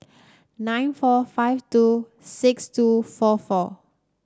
nine four five two six two four four